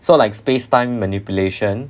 so like space time manipulation